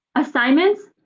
assignments,